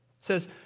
says